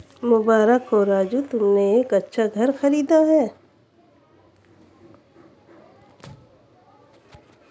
मुबारक हो राजू तुमने एक अच्छा घर खरीदा है